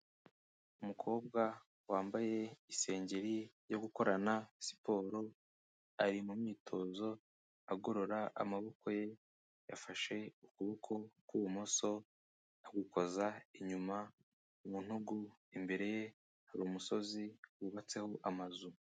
Umukobwa wambaye isengeri yo gukorana siporo, ari mu myitozo, agorora amaboko ye, yafashe ukuboko kw'ibumoso, agukoza inyuma mu ntugu, imbere ye hari umusozi wubatseho amazu.